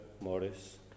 Morris